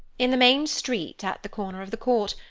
in the main street, at the corner of the court,